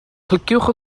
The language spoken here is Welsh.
cliciwch